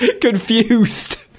Confused